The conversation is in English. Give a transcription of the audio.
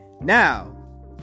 now